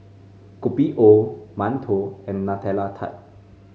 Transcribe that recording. Kopi O mantou and Nutella Tart